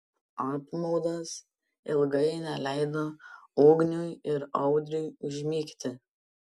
apmaudas ilgai neleido ugniui ir audriui užmigti